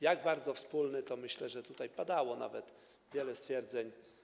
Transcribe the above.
Jak bardzo wspólny, to myślę, że tutaj padało wiele stwierdzeń.